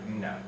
no